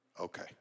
okay